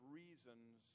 reasons